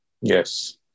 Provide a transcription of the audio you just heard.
yes